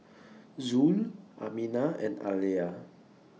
Zul Aminah and Alya